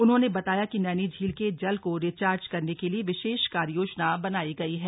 उन्होंने बताया कि नैनी झील के जल को रिचार्ज करने के लिए विशेष कार्य योजना बनाई गई है